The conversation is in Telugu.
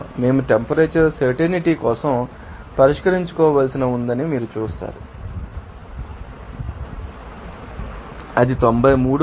మేము టెంపరరీ సెర్టినీటీ కోసం పరిష్కరించుకోవలసి ఉందని మీరు చూస్తారు మరియు అది 93